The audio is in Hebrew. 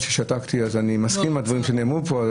ששתקתי לא אומר שאני מסכים עם מה שנאמר פה.